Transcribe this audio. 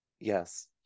yes